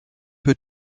peu